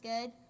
Good